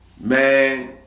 man